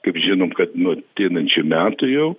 kaip žinom kad nuo ateinančių metų jau